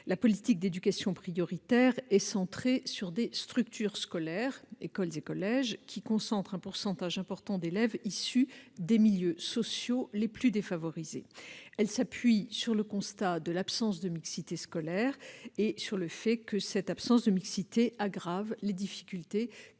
La politique d'éducation prioritaire est centrée sur les structures scolaires, écoles et collèges, qui concentrent un pourcentage important d'élèves issus des milieux sociaux les plus défavorisés. Elle s'appuie sur le constat que l'absence de mixité scolaire et sociale aggrave les difficultés